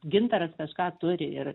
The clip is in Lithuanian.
gintaras kažką turi ir